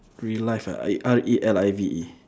relive ah R E L I V E